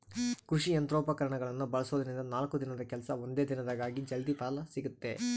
ಕೃಷಿ ಯಂತ್ರೋಪಕರಣಗಳನ್ನ ಬಳಸೋದ್ರಿಂದ ನಾಲ್ಕು ದಿನದ ಕೆಲ್ಸ ಒಂದೇ ದಿನದಾಗ ಆಗಿ ಜಲ್ದಿ ಫಲ ಸಿಗುತ್ತೆ